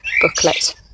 booklet